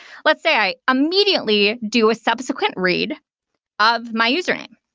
let's say i immediately do a subsequent read of my username.